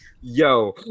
yo